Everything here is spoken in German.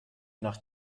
nach